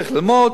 צריכים ללמוד,